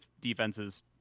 defenses